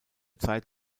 zeit